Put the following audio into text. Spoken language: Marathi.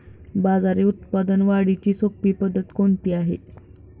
बाजरी उत्पादन वाढीची सोपी पद्धत कोणती आहे?